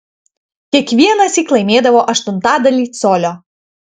kiekvienąsyk laimėdavo aštuntadalį colio